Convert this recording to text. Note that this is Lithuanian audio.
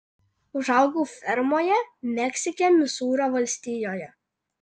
užaugau fermoje meksike misūrio valstijoje